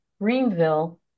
Greenville